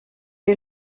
est